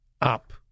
up